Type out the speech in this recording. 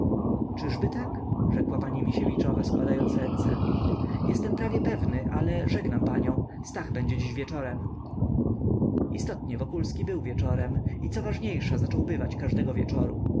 z łęckimi czyby tak rzekła pani misiewiczowa składając ręce jestem prawie pewny ale żegnam panią stach będzie dziś wieczorem istotnie wokulski był wieczorem i co ważniejsza zaczął bywać każdego wieczoru